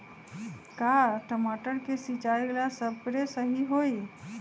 का टमाटर के सिचाई ला सप्रे सही होई?